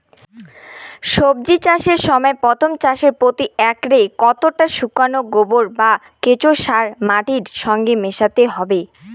সবজি চাষের সময় প্রথম চাষে প্রতি একরে কতটা শুকনো গোবর বা কেঁচো সার মাটির সঙ্গে মেশাতে হবে?